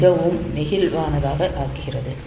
அது மிகவும் நெகிழ்வானதாக ஆக்குகிறது